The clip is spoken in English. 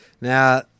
Now